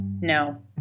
No